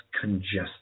congested